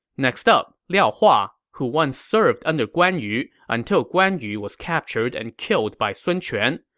next up, liao hua, who once served under guan yu until guan yu was captured and killed by sun quan.